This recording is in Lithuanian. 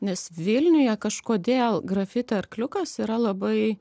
nes vilniuje kažkodėl grafiti arkliukas yra labai